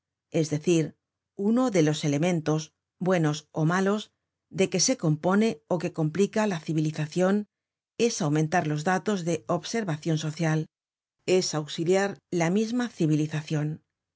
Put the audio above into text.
es decir uno de los elementos buenos ó malos de que se compone ó que complica la civilizacion es aumentar los datos de observacion social es auxiliará la misma civilizacion